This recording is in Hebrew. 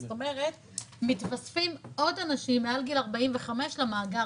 זאת אומרת מתווספים עוד אנשים מעל גיל 45 למאגר